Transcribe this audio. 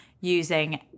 using